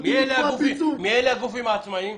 מי אלה הגופים העצמאיים?